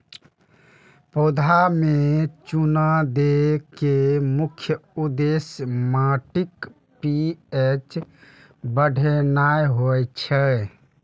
पौधा मे चूना दै के मुख्य उद्देश्य माटिक पी.एच बढ़ेनाय होइ छै